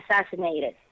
assassinated